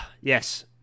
yes